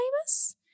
famous